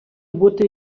бути